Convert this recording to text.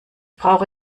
brauche